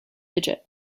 digit